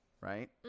Right